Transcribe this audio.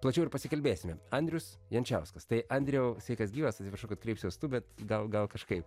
plačiau ir pasikalbėsime andrius jančiauskas tai andriau sveikas gyvas atsiprašau kad kreipsiuos tu bet gal gal kažkaip